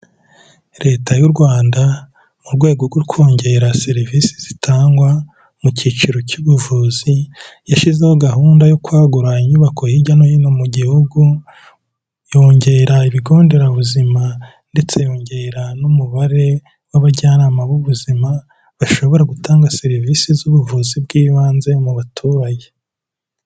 Leta y'u Rwanda mu rwego rwo kongera serivisi zitangwa mu cyiciro cy'ubuvuzi yashyizeho gahunda yo kwagura inyubako hirya no hino mu gihugu, yongera ibigo nderabuzima ndetse yongera n'umubare w'abajyanama b'ubuzima bashobora gutanga serivisi z'ubuvuzi bw'ibanze mu baturage.